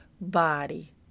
body